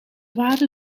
waadde